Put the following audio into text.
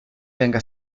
tenga